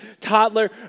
Toddler